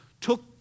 took